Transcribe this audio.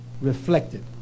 reflected